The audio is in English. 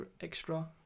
extra